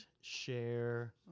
share